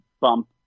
bump